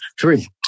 three